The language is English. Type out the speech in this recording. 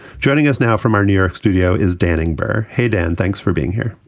joining us now from our new york studio is danning baer. hey, dan, thanks for being here.